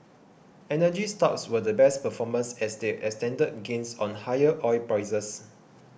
energy stocks were the best performers as they extended gains on higher oil prices